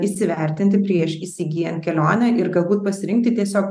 įsivertinti prieš įsigyjant kelionę ir galbūt pasirinkti tiesiog